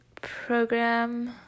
program